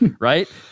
right